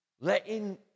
Letting